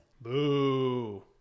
Boo